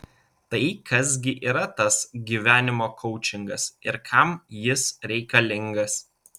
tai kas gi yra tas gyvenimo koučingas ir kam jis reikalingas